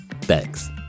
Thanks